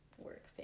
work